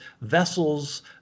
vessels